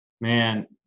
Man